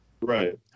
Right